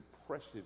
impressive